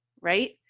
right